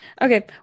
Okay